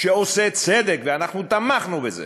שעושה צדק, ואנחנו תמכנו בזה,